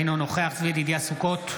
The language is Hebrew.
אינו נוכח צבי ידידיה סוכות,